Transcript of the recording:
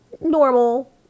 normal